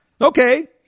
Okay